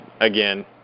again